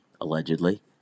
allegedly